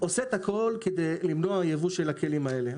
עושה הכול כדי למנוע יבוא של הכלים האלה.